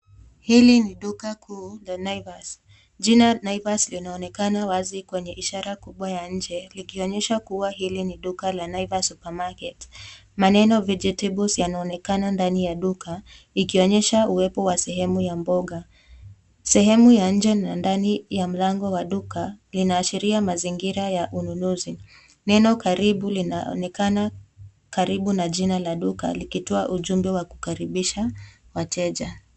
Hili ni duka kuu la Naivas. Jina Naivas linaonekana wazi kwenye ishara kubwa ya nje, likionyesha kuwa hili ni duka la Naivas Supermarket. Maneno Vegetables linaonekana ndani ya duka, likionyesha uwepo wa sehemu ya mboga. Sehemu ya nje na ndani ya mlango wa duka linashiria mazingira ya ununuzi. Neno “karibu” linaonekana karibu na jina la duka, likitoa ujumbe wa kukaribisha wateja.